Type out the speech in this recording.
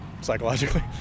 psychologically